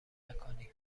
مکانی